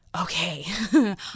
okay